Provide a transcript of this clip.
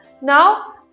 Now